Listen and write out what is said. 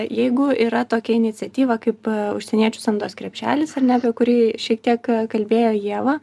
jeigu yra tokia iniciatyva kaip užsieniečių samdos krepšelis ar ne apie kurį šiek tiek kalbėjo ieva